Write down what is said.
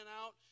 out